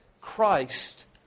Christ